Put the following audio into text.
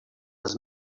his